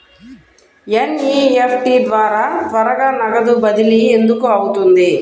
NEFT ద్వారా త్వరగా నగదు బదిలీ ఎందుకు అవుతుంది?